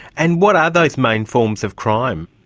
and what are those main forms of crime?